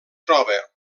troba